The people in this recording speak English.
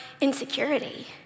insecurity